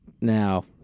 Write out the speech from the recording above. Now